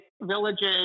villages